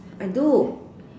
I do